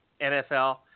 NFL